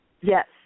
yes